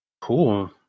Cool